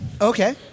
Okay